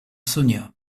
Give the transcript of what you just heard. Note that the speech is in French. sonia